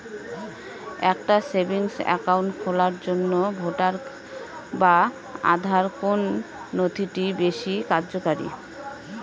একটা savings account খোলার জন্য ভোটার বা আধার কোন নথিটি বেশী কার্যকরী?